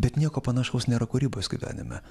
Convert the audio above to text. bet nieko panašaus nėra kūrybos gyvenime